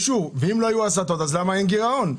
ואם לא היו הסטות אז למה אין גירעון?